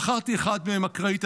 בחרתי אחד מהם אקראית.